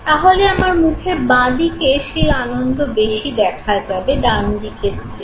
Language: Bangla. তাহলে আমার মুখের বাঁ দিকে সেই আনন্দ বেশি দেখা যাবে ডান দিকের চেয়ে